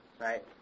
Right